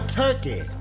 turkey